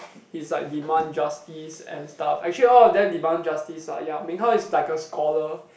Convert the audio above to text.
he's like demand justice and stuff actually all of them demand justice lah ya Meng-Hao is like a scholar